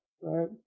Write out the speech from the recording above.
right